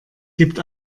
gibt